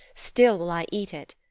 still will i eat it,